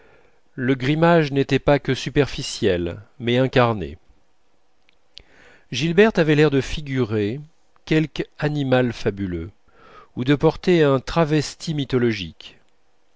le grimage n'était pas que superficiel mais incarné gilberte avait l'air de figurer quelque animal fabuleux ou de porter un travesti mythologique